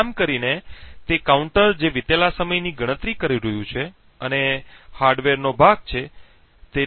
આમ કરીને તે કાઉન્ટર જે વીતેલા સમયની ગણતરી કરી રહ્યું છે અને તે હાર્ડવેરનો ભાગ છે